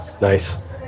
nice